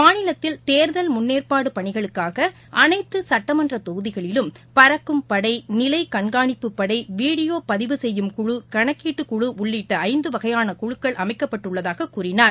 மாநிலத்தில் தேர்தல் முன்னேற்பாடுபணிகளுக்காகஅனைத்துசட்டமன்றத் தொகுதிகளிலும் பறக்கும் படை நிலைகண்காணிப்புப்படை வீடியோபதிவு சுசுப்யும் சுழு கணக்கீட்டுக்குழுஉள்ளிட்டஐந்துவகையானகுழுக்கள் அமைக்கப்பட்டுள்ளதாககூறினார்